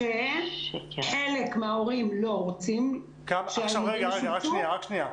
כשחלק מההורים לא רוצים שהילדים ישובצו,